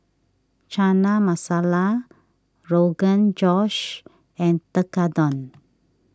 Chana Masala Rogan Josh and Tekkadon